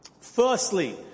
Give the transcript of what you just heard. Firstly